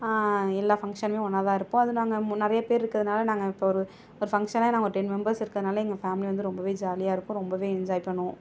எல்லா ஃபங்ஷன்லேயும் ஒன்றாதான் இருப்போம் அதுவும் நாங்கள் நிறைய பேர் இருக்கிறதால் நாங்கள் இப்போது ஒரு ஒரு ஃபங்ஷன்னா நாங்கள் ஒரு டென் மெம்பெர்ஸ் இருக்கிறனால ஃபேமிலி வந்து ரொம்ப ஜாலியாக இருக்கும் ரொம்ப என்ஜாய் பண்ணுவோம்